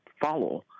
follow